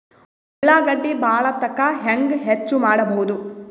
ಉಳ್ಳಾಗಡ್ಡಿ ಬಾಳಥಕಾ ಹೆಂಗ ಹೆಚ್ಚು ಮಾಡಬಹುದು?